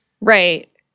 Right